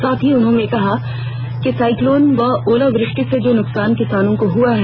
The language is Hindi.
साथ ही उन्होंने कहा कि साइक्लोन व ओलावृष्टि से जो नुकसान किसानों को हुआ है